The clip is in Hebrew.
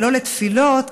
ולא לתפילות,